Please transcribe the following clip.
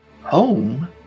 Home